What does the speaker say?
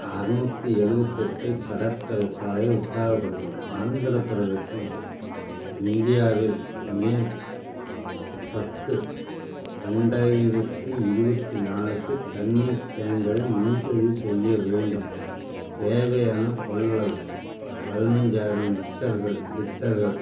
அறநூற்றி எழுவத்தெட்டு கடற்கரை சாலை விசாகப்பட்னம் ஆந்திரப் பிரதேசம் இந்தியாவில் மே பத்து ரெண்டாயிரத்தி இருபத்தி நாலுக்கு தண்ணீர் டேங்கரை முன்பதிவு செய்ய வேண்டும் தேவையான கொள்ளவு பதினைஞ்சாயிரம் லிட்டர்கள் லிட்டர்கள்